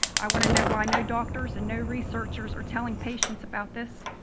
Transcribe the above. i want to know why no doctors and no researchers are telling patients about this.